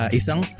isang